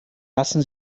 lassen